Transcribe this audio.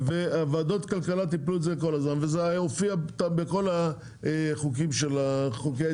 ועדות כלכלה טיפלו בזה כל הזמן וזה הופיע בכל חוקי ההסדרים,